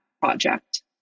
project